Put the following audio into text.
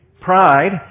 Pride